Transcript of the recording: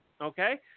okay